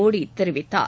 மோடி தெரிவித்தார்